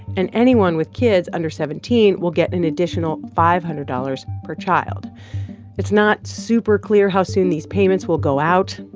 and anyone with kids under seventeen will get an additional five hundred dollars per child it's not super clear how soon these payments will go out.